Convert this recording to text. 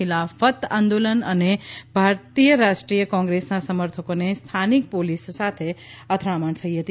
ખિલાફત આંદોલન અને ભારતીય રાષ્ટ્રીય કોંગ્રેસના સમર્થકોને સ્થાનિક પોલીસ સાથે અથડામણ થઈ હતી